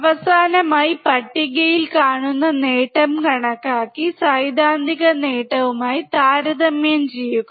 അവസാനമായി പട്ടികയിൽ കാണുന്ന നേട്ടം കണക്കാക്കി സൈദ്ധാന്തിക നേട്ടവുമായി താരതമ്യം ചെയ്യുക